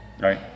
right